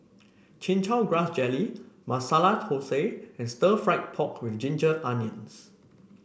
Chin Chow Grass Jelly Masala Thosai and Stir Fried Pork with Ginger Onions